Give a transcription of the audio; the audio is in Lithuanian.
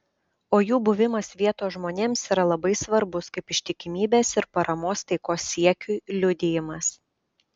o jų buvimas vietos žmonėms yra labai svarbus kaip ištikimybės ir paramos taikos siekiui liudijimas